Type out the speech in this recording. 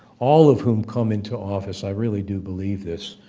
all of whom come into office, i really do believe this,